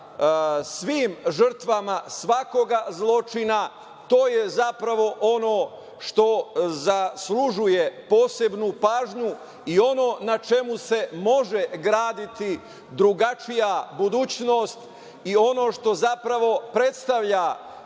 svim žrtvama svakog zločina, to je zapravo ono što zaslužuje posebnu pažnju i ono na čemu se može graditi drugačija budućnost i ono što, zapravo, predstavlja